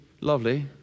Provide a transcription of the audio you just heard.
Lovely